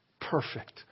perfect